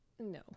No